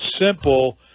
simple